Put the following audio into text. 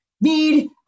need